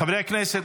חברי הכנסת,